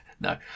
No